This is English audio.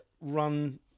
run